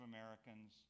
Americans